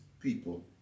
people